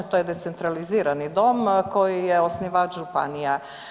To je decentralizirani dom koji je osnivač županija.